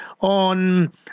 on